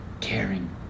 caring